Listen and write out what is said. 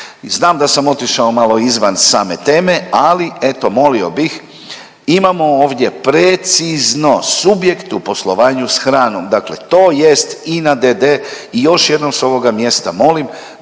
Znam da sam otišao malo izvan same teme, ali eto molio bih imamo ovdje precizno subjekt u poslovanju sa hranom. Dakle, to jest INA d.d. i još jednom sa ovoga mjesta